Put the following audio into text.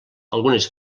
algunes